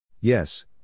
Yes